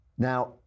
Now